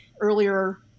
earlier